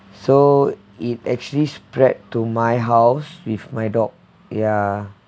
so it actually spread to my house with my dog ya